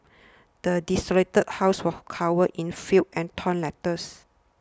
the desolated house was covered in filth and torn letters